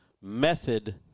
method